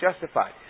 justified